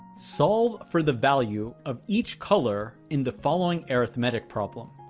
solve for the value of each color in the following arithmetic problem.